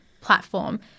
platform